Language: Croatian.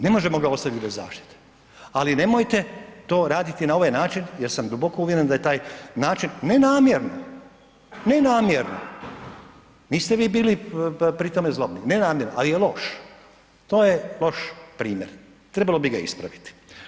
Ne možemo ga ostaviti bez zaštite, ali nemojte to raditi na ovaj način jer sam duboko uvjeren da je taj način ne namjerno, ne namjerno, niste vi bili pri tome zlobni, ne namjerno, ali je loš, to je loš primjer, trebalo bi ga ispraviti.